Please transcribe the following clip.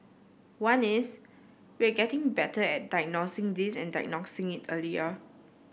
one is we are getting better at diagnosing this and diagnosing it earlier